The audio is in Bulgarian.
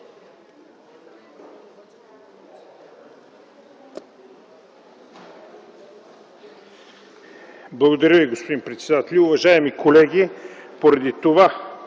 Благодаря Ви, господин председател. Уважаеми колеги,